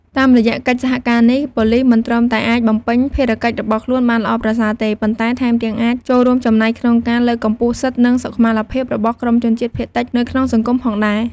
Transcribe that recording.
តាមរយៈកិច្ចសហការនេះ ប៉ូលិសមិនត្រឹមតែអាចបំពេញភារកិច្ចរបស់ខ្លួនបានល្អប្រសើរទេ ប៉ុន្តែថែមទាំងអាចចូលរួមចំណែកក្នុងការលើកកម្ពស់សិទ្ធិ និងសុខុមាលភាពរបស់ក្រុមជនជាតិភាគតិចនៅក្នុងសង្គមផងដែរ។